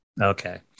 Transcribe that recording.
Okay